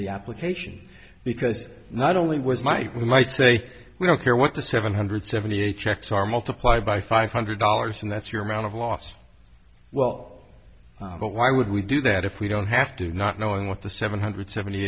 the application because not only was my we might say we don't care what the seven hundred seventy eight checks are multiplied by five hundred dollars and that's your amount of loss well but why would we do that if we don't have to not knowing what the seven hundred seventy